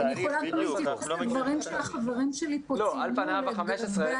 אני יכולה גם להתייחס לדברים שהחברים שלי פה ציינו לגבי